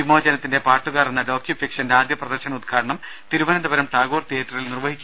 വിമോചനത്തിന്റെ പാട്ടുകാർ എന്ന ഡ്യോക്യുഫിക്ഷന്റെ ആദ്യ പ്രദർശന ഉദ്ഘാടനം തിരുവനന്തപുരം ടാഗോർ തിയേറ്ററിൽ നിർവഹിച്ചു